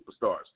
superstars